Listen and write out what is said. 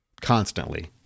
constantly